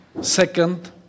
Second